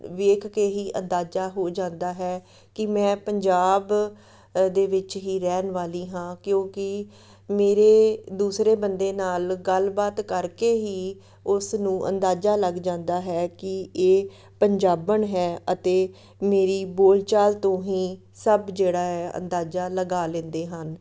ਦੇਖ ਕੇ ਹੀ ਅੰਦਾਜ਼ਾ ਹੋ ਜਾਂਦਾ ਹੈ ਕਿ ਮੈਂ ਪੰਜਾਬ ਦੇ ਵਿੱਚ ਹੀ ਰਹਿਣ ਵਾਲੀ ਹਾਂ ਕਿਉਂਕਿ ਮੇਰੇ ਦੂਸਰੇ ਬੰਦੇ ਨਾਲ ਗੱਲਬਾਤ ਕਰਕੇ ਹੀ ਉਸ ਨੂੰ ਅੰਦਾਜ਼ਾ ਲੱਗ ਜਾਂਦਾ ਹੈ ਕਿ ਇਹ ਪੰਜਾਬਣ ਹੈ ਅਤੇ ਮੇਰੀ ਬੋਲਚਾਲ ਤੋਂ ਹੀ ਸਭ ਜਿਹੜਾ ਹੈ ਅੰਦਾਜ਼ਾ ਲਗਾ ਲੈਂਦੇ ਹਨ